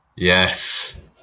Yes